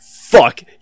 fuck